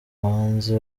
abahanzi